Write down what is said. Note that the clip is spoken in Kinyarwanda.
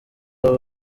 aho